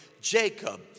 Jacob